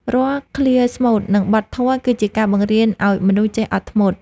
រាល់ឃ្លាស្មូត និងបទធម៌ គឺជាការបង្រៀនឱ្យមនុស្សចេះអត់ធ្មត់។